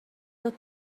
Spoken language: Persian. داد